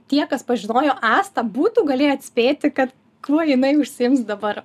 tie kas pažinojo astą būtų galėję atspėti kad kuo jinai užsiims dabar